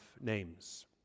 names